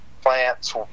plants